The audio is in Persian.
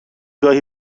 گاهی